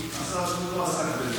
כי השר הקודם לא עסק בזה,